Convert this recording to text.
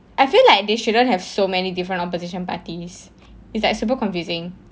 I feel like they shouldn't have so many different opposition parties it's like super confusing